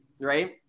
right